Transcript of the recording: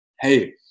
hey